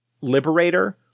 Liberator